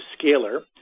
scalar